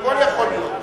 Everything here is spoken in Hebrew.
הכול יכול להיות.